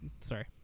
Sorry